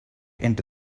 into